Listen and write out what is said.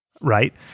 right